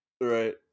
right